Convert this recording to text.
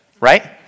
right